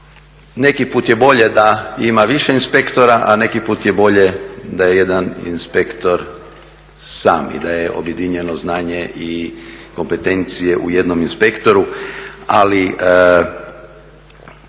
neki put je bolje da ima više inspektora, a neki put je bolje da jedan inspektor sam i da je objedinjeno znanje i kompetencije u jednom inspektoru, ali